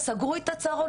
סגרו את הצהרון,